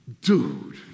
dude